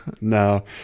No